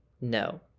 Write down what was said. No